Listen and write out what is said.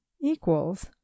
equals